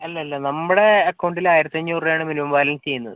അല്ല അല്ല നമ്മുടെ അക്കൗണ്ടിൽ ആയിരത്തഞ്ഞൂറ് രൂപയാണ് മിനിമം ബാലൻസ് ചെയ്യുന്നത്